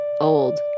Old